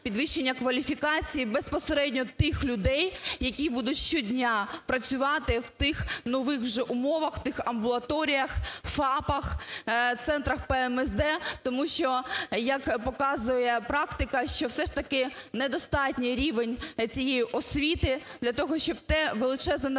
підвищення кваліфікації безпосередньо тих людей, які будуть щодня працювати в тих нових вже умовах, тих амбулаторіях, ФАПах, центрах ПМСД, тому що, як показує практика, що все ж таки недостатній рівень цієї освіти для того, щоб те величезне навантаження,